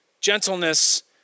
gentleness